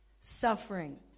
suffering